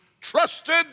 trusted